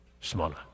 smaller